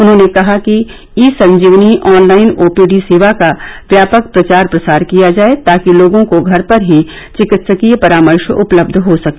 उन्होंने कहा कि ई संजीवनी ऑनलाइन ओपीडी सेवा का व्यापक प्रचार प्रसार किया जाए ताकि लोगों को घर पर ही चिकित्सकीय परामर्श उपलब्ध हो सके